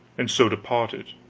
and so departed.